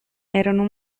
erano